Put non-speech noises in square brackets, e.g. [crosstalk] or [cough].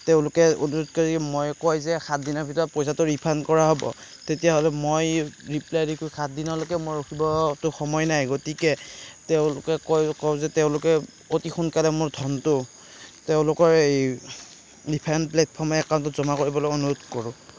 তেওঁলোকে [unintelligible] মই কয় যে সাত দিনৰ ভিতৰত পইচাটো ৰিফাণ্ড কৰা হ'ব তেতিয়াহ'লে মই ৰিপ্লাই দিওঁ সাতদিনলৈকে মই ৰখিবতো সময় নাই গতিকে তেওঁলোকে কয় কওঁ যে তেওঁলোকে অতি সোনকালে মোৰ ধনটো তেওঁলোকৰ এই ৰিফাণ্ড প্লেটফৰ্মৰ একাউণ্টত জমা কৰিবলৈ অনুৰোধ কৰোঁ